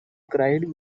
cried